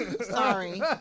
Sorry